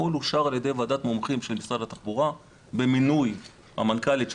הכול אושר על ידי ועדת מומחים של משרד התחבורה במינוי המנכ"לית של